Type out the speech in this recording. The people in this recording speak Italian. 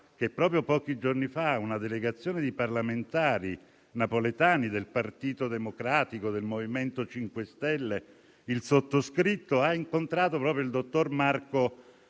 sa, proprio pochi giorni fa una delegazione di parlamentari napoletani del Partito Democratico e del MoVimento 5 Stelle, insieme al sottoscritto, ha incontrato il dottor Marco